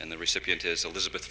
and the recipient is elizabeth